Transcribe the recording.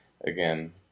Again